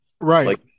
Right